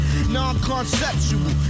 Non-conceptual